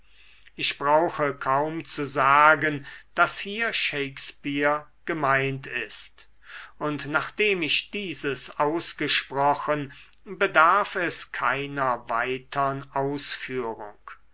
ich brauche kaum zu sagen daß hier shakespeare gemeint sei und nachdem ich dieses ausgesprochen bedarf es keiner weitern ausführung